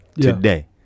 today